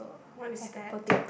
what is that